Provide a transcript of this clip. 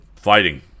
Fighting